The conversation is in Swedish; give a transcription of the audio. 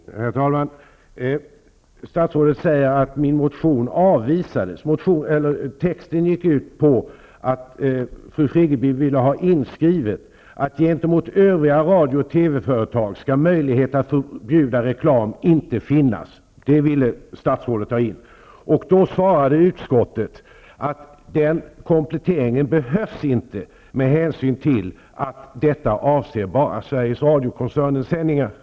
Herr talman! Statsrådet sade att hennes motion avvisades. Texten i motionen gick ut på att fru Friggebo ville ha inskrivet att det gentemot övriga radio och TV-företag inte skall finnas möjlighet att förbjuda reklam. Det ville statsrådet ha med. Då svarade utskottet att den kompletteringen inte behövdes med hänsyn till att reklamförbudet avsåg bara Sveriges Radio-koncernens sändningar.